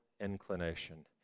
inclination